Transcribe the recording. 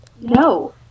No